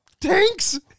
Tanks